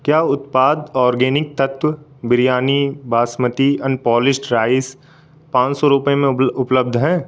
क्या उत्पाद organic Tattva biryani basmati unpolished rice पाँच सौ रुपये में उपलब्ध है